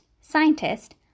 scientist